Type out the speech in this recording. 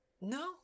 No